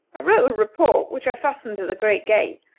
i wrote a report, which i fastened to the great gate,